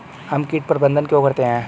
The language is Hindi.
हम कीट प्रबंधन क्यों करते हैं?